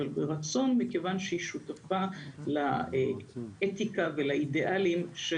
אבל ברצון מכיוון שהיא שותפה לאתיקה ולאידאלים של